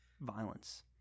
violence